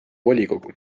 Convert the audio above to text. volikogu